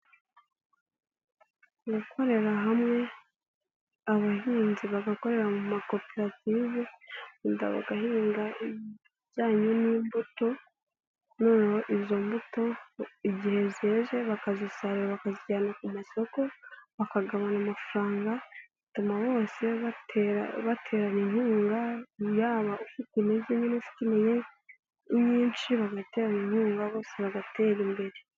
Gukorera hamwe abahinzi bagakorera mu makoperative wenda bagahinga ibijyanye n'imbuto noneho izo mbuto igihe zeze bakazisarura bakazijyana ku masoko bakagabana amafaranga bituma bose bateranye inkunga yaba ufite intege nyinshi bagateranya inkunga bose bagatera imbere.